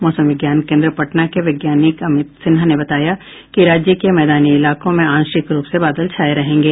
मौसम विज्ञान केन्द्र पटना के वैज्ञानिक अमित सिन्हा ने बताया कि राज्य के मैदानी क्षेत्रों में आंशिक रूप से बादल छाये रहेंगे